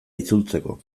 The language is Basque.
itzultzeko